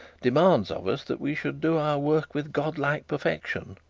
demands of us that we should do our work with godlike perfection.